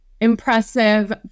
Impressive